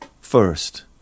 first